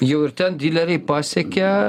jau ir ten dileriai pasiekia